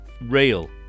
real